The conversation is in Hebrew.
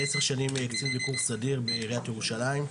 אני 10 שנים קצין ביקור סדיר בעיריית ירושלים.